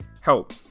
help